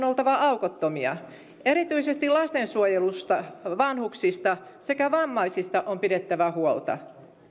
oltava aukottomia erityisesti lastensuojelusta vanhuksista sekä vammaisista on pidettävä huolta